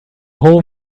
whole